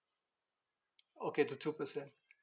okay to two percent